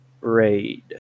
Raid